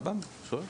סבבה, רק שואל.